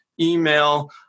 email